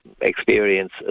experience